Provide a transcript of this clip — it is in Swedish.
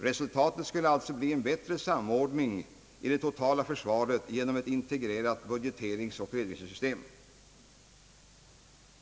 Resultatet skulle alltså bli en bättre samordning i det totala försvaret genom ett integrerat budgeteringsoch redovisningssystem.